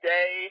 Day